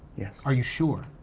yes. are you sure?